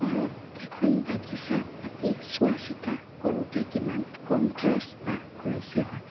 ঘৰত এখন বাগিচা পাতি চোৱা চিতা কৰোঁতে কিমান কম খৰচ বা খৰচী হয়